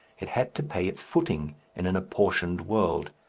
it had to pay its footing in an apportioned world,